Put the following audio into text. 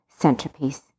centerpiece